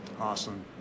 awesome